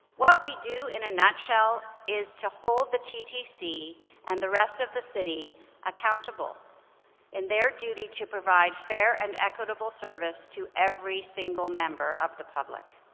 what we do in a nutshell is to hold the ttc and the rest of the city accountable in their duty to provide fair and equitable service to every single member of the public.